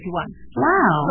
Wow